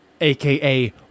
aka